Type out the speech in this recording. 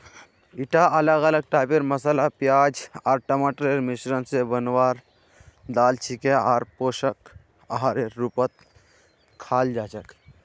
ईटा अलग अलग टाइपेर मसाला प्याज आर टमाटरेर मिश्रण स बनवार दाल छिके आर पोषक आहारेर रूपत खाल जा छेक